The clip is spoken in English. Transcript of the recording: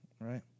Right